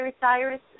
Cyrus